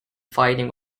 fighting